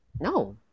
no